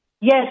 Yes